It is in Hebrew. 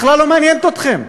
בכלל לא מעניינת אתכם.